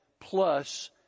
plus